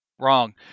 Wrong